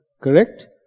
correct